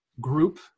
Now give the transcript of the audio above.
group